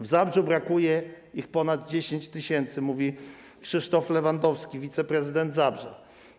W Zabrzu brakuje ich ponad 10 tys., mówi Krzysztof Lewandowski, wiceprezydent Zabrza.